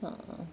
a'ah